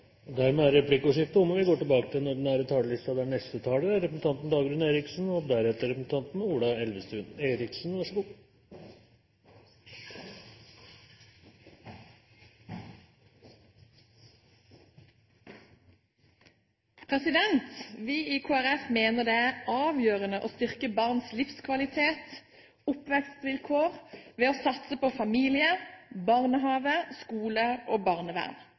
er dermed omme. Vi i Kristelig Folkeparti mener det er avgjørende å styrke barns livskvalitet og oppvekstvilkår ved å satse på familie, barnehage, skole og barnevern.